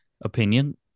opinion